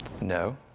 No